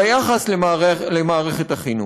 על היחס למערכת החינוך.